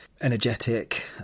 energetic